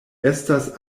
estas